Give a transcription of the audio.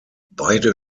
beide